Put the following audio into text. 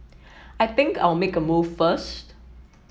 I think I'll make a move first